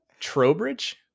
Trowbridge